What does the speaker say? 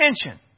attention